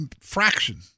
fraction